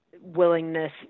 willingness